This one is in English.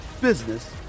business